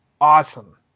awesome